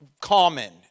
common